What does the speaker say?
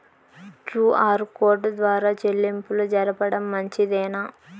QR code ద్వారా చెల్లింపులు జరపడం మంచిదేనా?